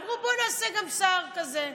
אמרו: בואו נעשה גם שר כזה,